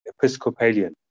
Episcopalian